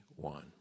One